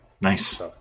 nice